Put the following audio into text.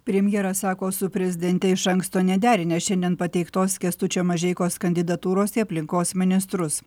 premjeras sako su prezidente iš anksto nederinęs šiandien pateiktos kęstučio mažeikos kandidatūros į aplinkos ministrus